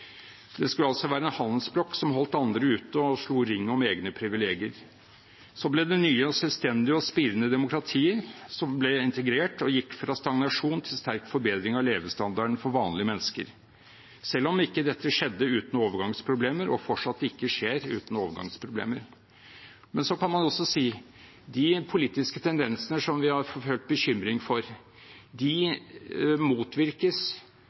Det skulle altså være en handelsblokk som holdt andre ute og slo ring om egne privilegier. Så ble de nye selvstendige, spirende demokratiene integrert og gikk fra stagnasjon til sterk forbedring av levestandarden for vanlige mennesker – selv om dette ikke skjedde uten overgangsproblemer og fortsatt ikke skjer uten overgangsproblemer. Men så kan man også si: De politiske tendensene som vi har hørt bekymring for, motvirkes og bekjempes jo også gjennom det internasjonale fellesskapet som de